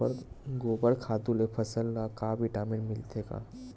गोबर खातु ले फसल ल का विटामिन मिलथे का?